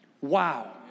Wow